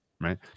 Right